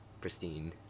pristine